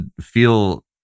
feel